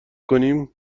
کنیم